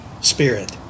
spirit